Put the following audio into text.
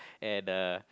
and uh